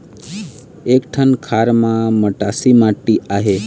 एक ठन खार म मटासी माटी आहे?